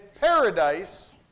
paradise